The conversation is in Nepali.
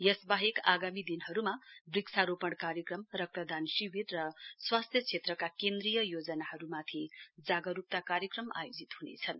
यसवाहेक आगामी दिनहरुमा वृक्षारोपण कार्यक्रम र रक्तदान शिविर र स्वास्थ्य क्षेत्रका केन्द्रीय योजनाहरुमाथि जागरुकता कार्यक्रम आयोजित हुनेछन्